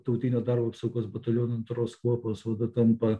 tautinio darbo apsaugos bataliono antros kuopos vadu tampa